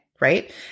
right